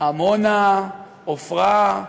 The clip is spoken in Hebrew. עמונה, עפרה,